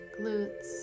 glutes